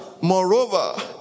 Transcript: moreover